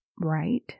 right